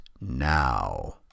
now